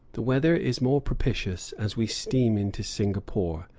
the weather is more propitious as we steam into singapore,